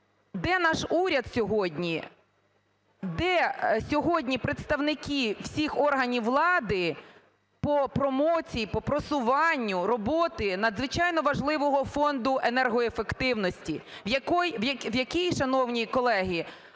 де наш уряд сьогодні, де сьогодні представники всіх органів влади по промоції, по просуванню роботи надзвичайно важливого фонду енергоефективності, в який, шановні колеги,